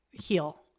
heal